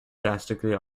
drastically